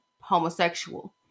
homosexual